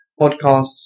Podcasts